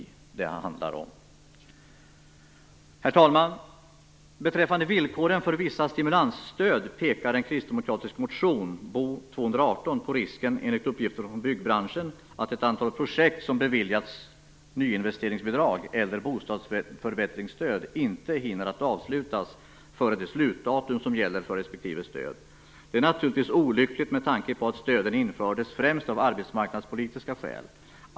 Herr talman! Beträffande villkoren för vissa stimulansstöd pekar en kristdemokratisk motion, Bo218, enligt uppgifter från byggbranschen på att ett antal projekt som beviljats nyinvesteringsbidrag eller bostadsförbättringsstöd inte hinner avslutas före den slutdatum som gäller för respektive stöd. Det är naturligtvis olyckligt med tanke på att stöden infördes främst av arbetsmarknadspolitiska skäl.